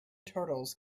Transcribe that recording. turtles